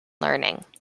learning